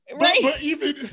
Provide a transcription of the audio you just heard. right